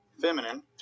feminine